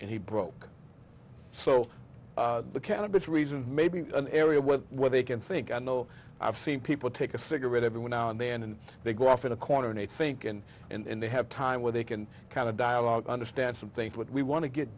and he broke so the candidates reasoned maybe an area where they can think i know i've seen people take a cigarette everyone now and then and they go off in a corner and i think and in they have time where they can kind of dialogue understand something what we want to get